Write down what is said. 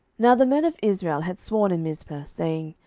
now the men of israel had sworn in mizpeh, saying,